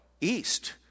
east